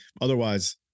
Otherwise